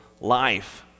life